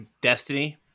Destiny